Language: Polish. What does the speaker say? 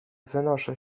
wynoszę